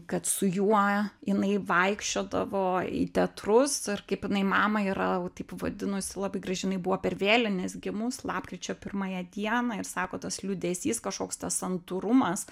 kad su juo jinai vaikščiodavo į teatrus ir kaip jinai mamą yra taip vadinusi labai gražiai jinai buvo per vėlines gimus lapkričio pirmąją dieną ir sako tas liūdesys kažkoks tas santūrumas